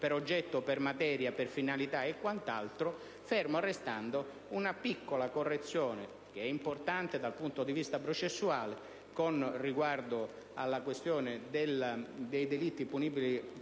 per oggetto, per materia, per finalità e quant'altro, fermo restando una piccola correzione, importante dal punto di vista processuale, sulla questione dei delitti punibili